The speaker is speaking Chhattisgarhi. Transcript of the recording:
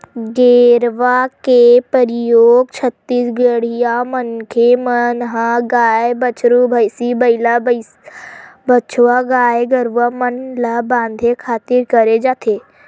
गेरवा के परियोग छत्तीसगढ़िया मनखे मन ह गाय, बछरू, भंइसी, बइला, भइसा, बछवा गाय गरुवा मन ल बांधे खातिर करे जाथे